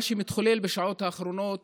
מה שמתחולל בשעות האחרונות